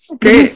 Great